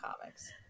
comics